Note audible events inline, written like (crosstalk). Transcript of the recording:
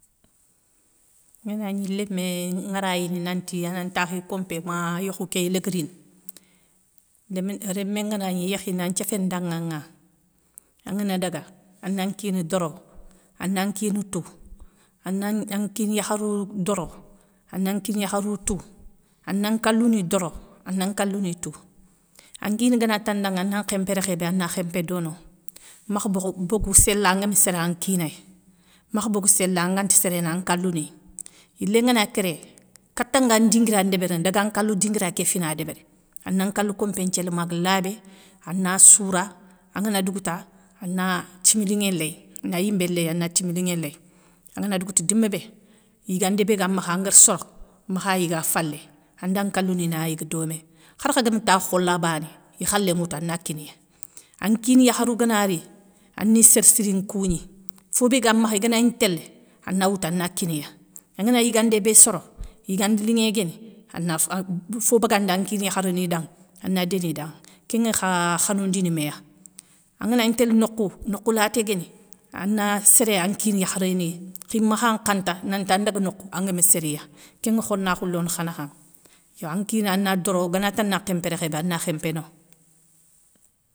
Ngana gni lémé nŋarayini nanti ana ntakhi kompé ma yokhou key léguérini, lémén, rémé ngana gnani yékhini anthiéféné danŋa ŋa, angana daga ana kina doro, ana kina tou, (hesitation) ana kina yakharou doro ana kina yakharou tou, ana nkalou ni doro, ana nkalou ni tou. An kina ngana ta nda ŋa ana khémpé rékhébé ana khémpé dono, makha bokho bogou séla ŋa an gami séran nkinay makha bogou séla anga nti séré nan nkalou ni. Yilé ngana kéré, kata nga dinguira ndébérini daga nkalou dinguira ké fina débéri, ana nkalou kompé nthiéla maga labé, ana soura anga na dougouta, ana timi linŋé ley ana yimbé ley ana timi linŋé ley, anga na dougouta dima bé. Yigandé bé ga makha angara soro makha yiga a falé, anda nkalou ni na yiga domé, khar khagami takhou khola bané, i khalé ŋwoutou ana kiniya. An kina yakharou ngana ri, ani sér sirin kougni, fobé ga makha iganagni télé, ana woutou ana kiniya, anga na yigandé bé soro, yigande linŋé nguéni, ana (hesitation) fo bagandi an kina yakharou ni dan nŋa, ana déni i da ŋa. Kén kha khanou ndi méya. Angana gni télé nokhou, nokhou laté guéni, ana séré an kina yakharéni, khimakha nkhanta nanta ndaga nokhou angama sériya, kénŋa khonakhou lo na kha nakha yo an kina ana doro gana taana nkhémpé rékhé bé ana khémpé no.